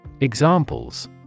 Examples